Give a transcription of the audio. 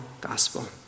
gospel